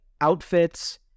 outfits